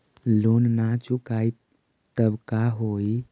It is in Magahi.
लोन न चुका पाई तब का होई?